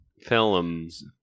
Films